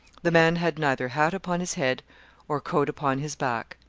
the man had neither hat upon his head or coat upon his back.